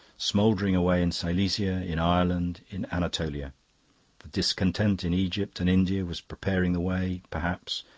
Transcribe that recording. smouldering away in silesia, in ireland, in anatolia the discontent in egypt and india was preparing the way, perhaps,